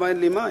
למה אין לי מים?